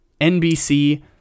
NBC